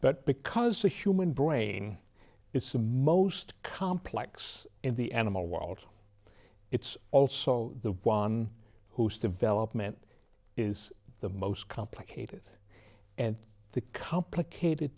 but because the human brain it's the most complex in the animal world it's also the one whose development is the most complicated and the complicated